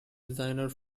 designer